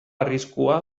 arriskua